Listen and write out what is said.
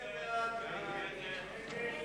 נשיא המדינה ולשכתו,